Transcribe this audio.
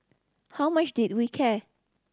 how much did we care